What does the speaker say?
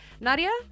Nadia